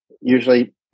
usually